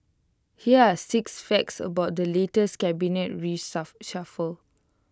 here are six facts about the latest cabinet